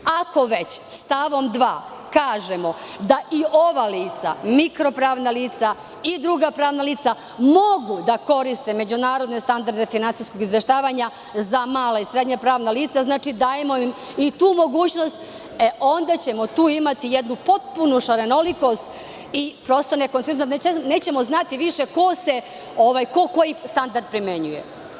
Ako već stavom 2. kažemo da i ova lica, mikro pravna lica i druga pravna lica mogu da koriste međunarodne standarde finansijskog izveštavanja za mala i srednja pravna lica, znači, dajemo im i tu mogućnost, onda ćemo tu imati jednu potpunu šarenolikost i prosto nećemo znati ko koji standard primenjuje.